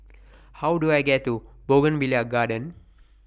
How Do I get to Bougainvillea Garden